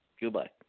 Goodbye